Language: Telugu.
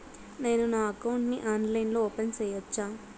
నేను నా అకౌంట్ ని ఆన్లైన్ లో ఓపెన్ సేయొచ్చా?